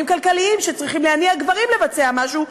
כלכליים שצריכים להניע גברים לבצע משהו,